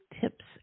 tips